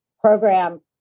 program